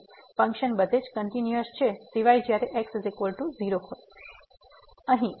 તેથી ફંક્શન બધેજ કંટીન્યુઅસ છે સિવાય જયારે x0 હોય